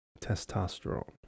testosterone